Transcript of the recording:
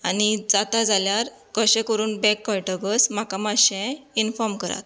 आनी जाता जाल्यार कशें करून बॅग कळटगच म्हाका मातशें इनफोर्म करात